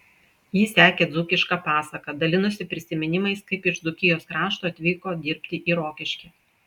ji sekė dzūkišką pasaką dalinosi prisiminimais kaip iš dzūkijos krašto atvyko dirbti į rokiškį